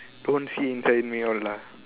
don't see inside me all lah